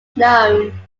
known